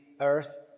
earth